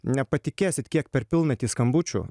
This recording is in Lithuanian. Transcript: nepatikėsit kiek per pilnatį skambučių